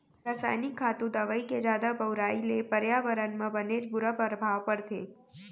रसायनिक खातू, दवई के जादा बउराई ले परयाबरन म बनेच बुरा परभाव परथे